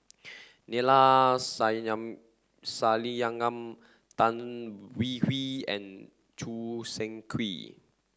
Neila Sathyalingam Tan Hwee Hwee and Choo Seng Quee